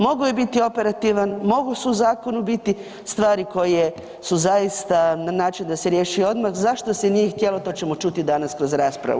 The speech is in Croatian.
Mogao je biti operativan, mogao je u zakonu biti stvari koje su zaista na način da se riješi odmah, zašto se nije htjelo, to ćemo čuti danas kroz raspravu.